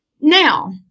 Now